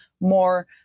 more